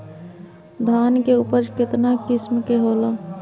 धान के उपज केतना किस्म के होला?